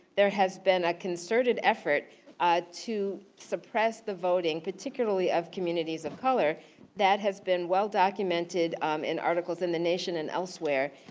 there has been a concerted effort to suppress the voting particularly of communities of color that has been well documented um in articles in the nation and elsewhere.